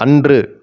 அன்று